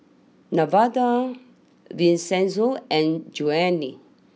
Nevada Vincenzo and Joanie